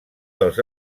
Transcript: dels